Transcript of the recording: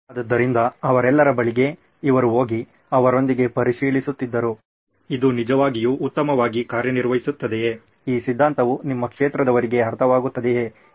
ಆದ್ದರಿಂದ ಅವರೆಲ್ಲರ ಬಳಿಗೆ ಇವರು ಹೋಗಿ ಅವರೊಂದಿಗೆ ಪರಿಶೀಲಿಸುತ್ತಿದ್ದರು ಇದು ನಿಜವಾಗಿಯೂ ಉತ್ತಮವಾಗಿ ಕಾರ್ಯ ನಿರ್ವಹಿಸುತ್ತದೆಯೇ ಈ ಸಿದ್ಧಾಂತವು ನಿಮ್ಮ ಕ್ಷೇತ್ರದವರಿಗೆ ಅರ್ಥವಾಗುತ್ತದೆಯೇ